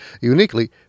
uniquely